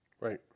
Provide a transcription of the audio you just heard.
Right